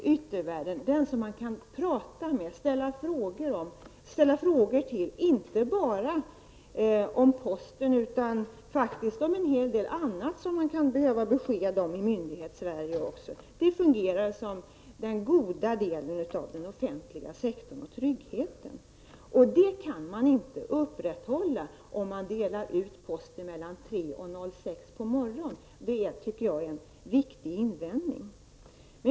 Lantbrevbäraren är den som man kan tala med och ställa frågor till, inte bara om posten utan också om en hel del annat som rör Myndighetssverige. Lantbrevbärarna utgör en av de goda delarna av den offentliga sektorn och tryggheten. En sådan trygghet kan inte upprätthållas om posten delas ut mellan kl. 3 och kl. 6 på morgonen. Det är en viktig invändning i det här sammanhanget.